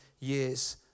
Years